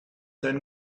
then